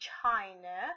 China